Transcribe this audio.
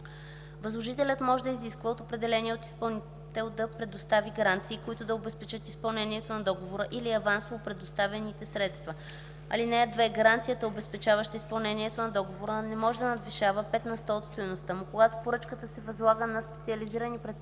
Възложителят може да изисква от определения изпълнител да предостави гаранции, които да обезпечат изпълнението на договора или авансово предоставените средства. (2) Гаранцията, обезпечаваща изпълнението на договора, не може да надвишава 5 на сто от стойността му. Когато поръчката се възлага на специализирани предприятия